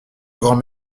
grand